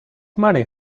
money